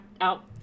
out